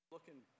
Looking